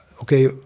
okay